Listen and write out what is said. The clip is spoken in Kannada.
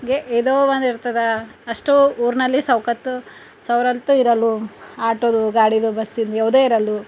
ಗೆ ಯಾದೋ ಒಂದು ಇರ್ತದ ಅಷ್ಟೂ ಊರಿನಲ್ಲಿ ಸೌಕತ್ತು ಸವ್ರಲ್ತು ಇರಲ್ವು ಆಟೋದು ಗಾಡಿದು ಬಸ್ಸಿಂದು ಯಾವುದೇ ಇರಲ್ದು